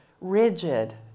rigid